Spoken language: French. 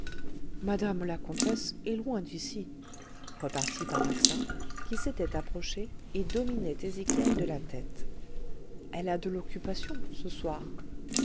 madame la comtesse est loin d'ici repartit paraxin qui s'était approchée et dominait ezéchiel de la tête elle a de l'occupation ce soir